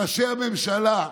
ראשי הממשלה,